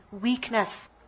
weakness